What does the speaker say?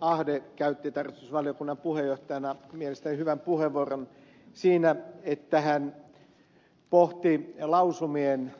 ahde käytti tarkastusvaliokunnan puheenjohtajana mielestäni hyvän puheenvuoron kun hän pohti lausumien